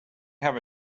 have